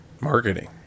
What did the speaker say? Marketing